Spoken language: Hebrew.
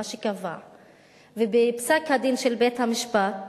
בפסק-הדין בית-המשפט